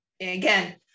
again